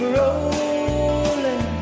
rolling